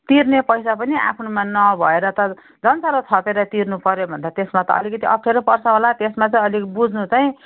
तिर्ने पैसा पनि आफ्नोमा नभएर त झन् साह्रो थपेर तिर्नुपऱ्यो भने त त्यसमा त अलिकति अफ्ठ्यारो पर्छ होला त्यसमा चाहिँ अलिक बुझ्नुहोस् है